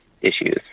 issues